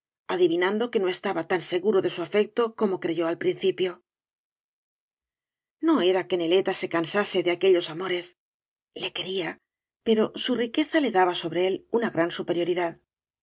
adivinando que no estaba tan seguro de su afecto como creyó al prin cipio no era que naleta se cansase de aquellos amores le quería pero su riqueza la daba sobre él una gran superioridad